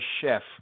chef